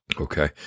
okay